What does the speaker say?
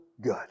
good